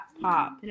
pop